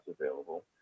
available